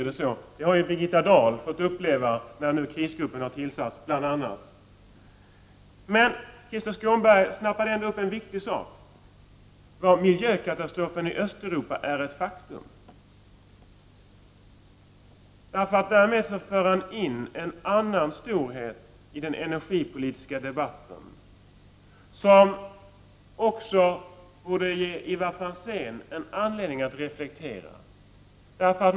Det har Birgitta Dahl fått uppleva när nu bl.a. krisgruppen har blivit tillsatt. Men Krister Skånberg snappar ändå upp en viktig sak: miljökatastrofen i Östeuropa är ett faktum. Han för in en annan storhet i den energipolitiska debatten, vilket borde ge Ivar Franzén anledning att reflektera.